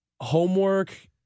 homework